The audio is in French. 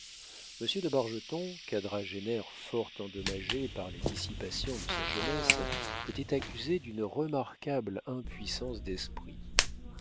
de bargeton quadragénaire fort endommagé par les dissipations de sa jeunesse était accusé d'une remarquable impuissance d'esprit